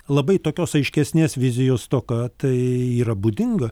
labai tokios aiškesnės vizijos stoka tai yra būdinga